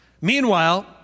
Meanwhile